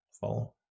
Follow